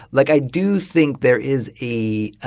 like i do think there is a